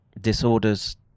disorders